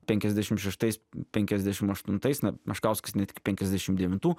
penkiasdešim šeštais penkiasdešim aštuntais na meškauskas net iki penkiasdešim devintų